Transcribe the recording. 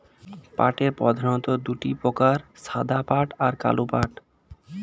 পাটের প্রধানত দুটি প্রকার সাদা পাট আর কালো পাট